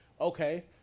okay